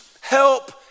help